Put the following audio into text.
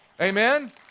amen